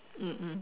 mm mm